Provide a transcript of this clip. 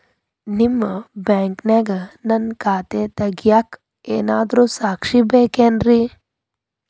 ನಿಮ್ಮ ಬ್ಯಾಂಕಿನ್ಯಾಗ ನನ್ನ ಖಾತೆ ತೆಗೆಯಾಕ್ ಯಾರಾದ್ರೂ ಸಾಕ್ಷಿ ಬೇಕೇನ್ರಿ?